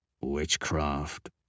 Witchcraft